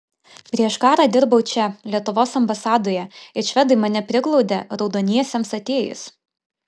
prieš karą dirbau čia lietuvos ambasadoje ir švedai mane priglaudė raudoniesiems atėjus